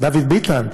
דוד ביטן,